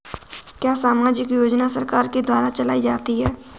क्या सामाजिक योजना सरकार के द्वारा चलाई जाती है?